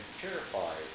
purified